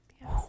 Yes